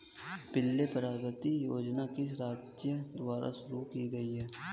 पल्ले प्रगति योजना किस राज्य द्वारा शुरू की गई है?